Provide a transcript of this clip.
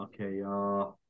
Okay